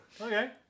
Okay